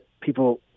people